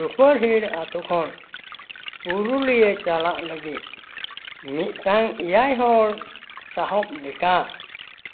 ᱨᱩᱯᱟᱹᱦᱤᱲ ᱟᱛᱳ ᱠᱷᱚᱱ ᱯᱩᱨᱩᱞᱤᱭᱟᱹ ᱪᱟᱞᱟᱜ ᱞᱟᱹᱜᱤᱫ ᱢᱤᱫᱴᱟᱝ ᱮᱭᱟᱭ ᱦᱚᱲ ᱥᱟᱦᱚᱵ ᱞᱮᱠᱟ